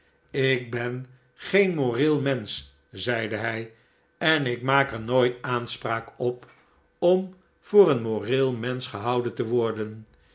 ik ben geen moreel mensch zeide hij en ik maak er nooit aanspraak op om voor een moreel mensch gehouden te worden